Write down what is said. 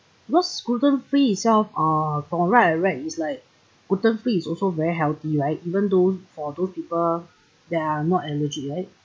because gluten free itself uh from what I've read is like gluten free is also very healthy right even though for those people that are not allergic right